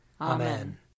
Amen